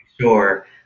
sure